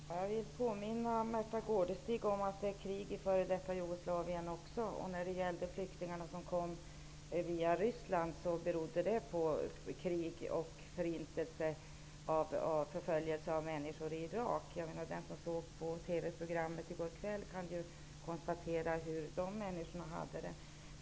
Herr talman! Jag vill påminna Märtha Gårdestig om att det är krig också i f.d. Jugoslavien. Flyktingarna som kommer via Ryssland har flytt från krig och förföljelse i Irak. Den som såg TV programmet i går kväll kan konstatera hur de människorna har det.